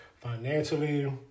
financially